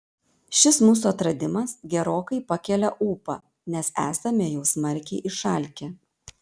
šis mūsų atradimas gerokai pakelia ūpą nes esame jau smarkiai išalkę